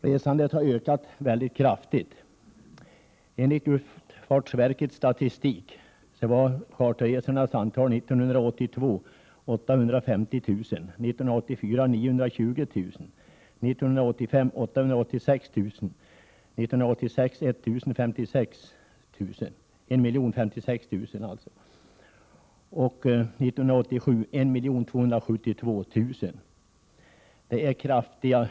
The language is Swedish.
Resandet har ökat väldigt kraftigt. Enligt luftfartsverkets statistik var charterresornas antal 850 000 år 1983, 920 000 år 1984, 886 000 år 1985, 1056 000 år 1986 och 1 272 000 år 1987.